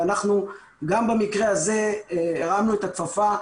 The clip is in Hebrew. ואנחנו גם במקרה הזה הרמנו את הכפפה.